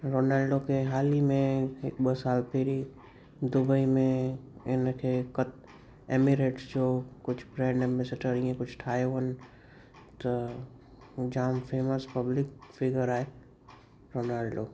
Ronaldo खे हाल ई में ॿ साल पहिरीं दुबई में इन खे कत एमिरेट्स जो कुझु ब्रांड एंबेसडर ईअं कुझु ठाहियो हुजनि त जाम फेमस पब्लिक स्पीकर आहे रोनाल्डो